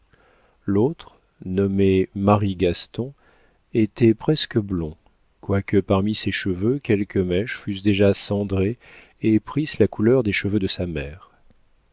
l'autre nommé marie gaston était presque blond quoique parmi ses cheveux quelques mèches fussent déjà cendrées et prissent la couleur des cheveux de sa mère